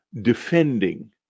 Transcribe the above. defending